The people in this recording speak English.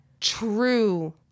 true